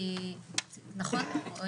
בבקשה.